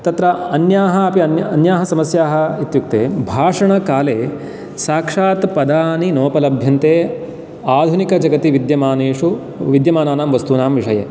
तत्र अन्याः अपि अन्याः समस्याः इत्युक्ते भाषणकाले साक्षात् पदानि नोपलभ्यन्ते आधुनिकजगति विद्यमानेषु विद्यमानानां वस्तूनां विषये